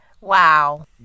Wow